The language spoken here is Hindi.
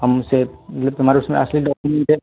हम उसे मतलब तो हमारा उसमें असली डाकुमेंट है